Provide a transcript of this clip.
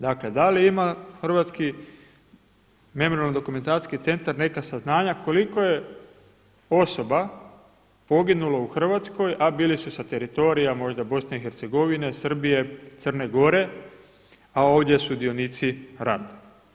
Dakle da li ima Hrvatski memorijalno-dokumentacijski centar neka saznanja koliko je osoba poginulo u Hrvatskoj, a bili su sa teritorija možda BiH, Srbije, Crne Gore, a ovdje sudionici rata.